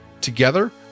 Together